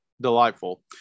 delightful